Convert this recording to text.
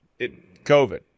COVID